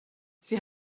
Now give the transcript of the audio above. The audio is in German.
sie